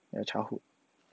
ya childhood